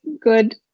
good